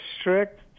strict